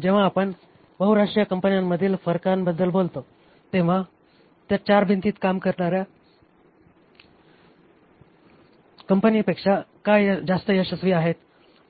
जेव्हा आपण बहुराष्ट्रीय कंपन्यांमधील फरकाबद्दल बोलतो तेव्हा त्या चार भिंतीत काम करणाऱ्या कंपनीपेक्षा का जास्त यशस्वी आहेत